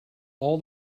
all